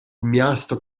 miasto